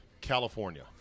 california